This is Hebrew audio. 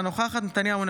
אינה נוכחת בנימין נתניהו,